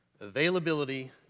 Availability